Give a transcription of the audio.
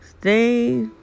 Stay